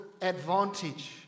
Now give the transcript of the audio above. advantage